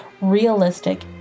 realistic